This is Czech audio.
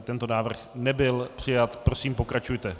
Tento návrh nebyl přijat, prosím pokračujte.